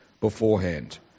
beforehand